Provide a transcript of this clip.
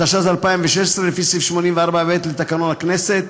התשע"ז 2016, לפי סעיף 84(ב) לתקנון הכנסת.